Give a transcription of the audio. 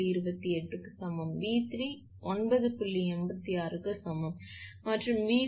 86 𝑘𝑉 க்கு சமம் மற்றும் 𝑉4 என்பது 12